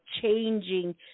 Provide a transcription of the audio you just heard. changing